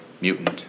mutant